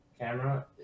camera